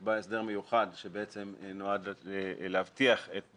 נקבע הסדר מיוחד שנועד להבטיח את